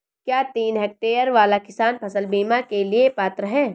क्या तीन हेक्टेयर वाला किसान फसल बीमा के लिए पात्र हैं?